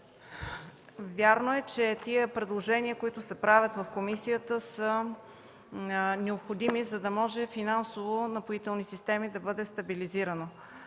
Вярно е, че тези предложения, които се правят в комисията, са необходими, за да може финансово „Напоителни системи” да бъде стабилизирано.